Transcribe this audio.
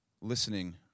listening